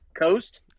Coast